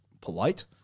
polite